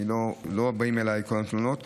לא מגיעות אליי כל התלונות,